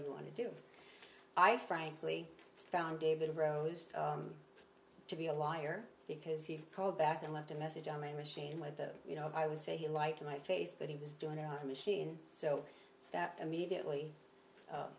do you want to do i frankly found david rhodes to be a liar because he called back and left a message on my machine with a you know i would say he liked my face but he was doing it for machine so that immediately